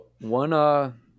One